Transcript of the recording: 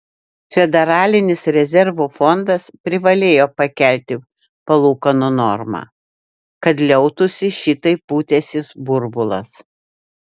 federalinis rezervų fondas privalėjo pakelti palūkanų normą kad liautųsi šitaip pūtęsis burbulas